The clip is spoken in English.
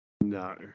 No